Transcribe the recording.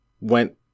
went